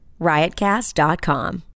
RiotCast.com